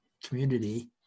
Community